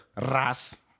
ras